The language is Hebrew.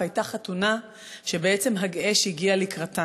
"המטבח של רמה" בנטף הייתה חתונה שבעצם האש הגיעה לקראתה.